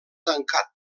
tancat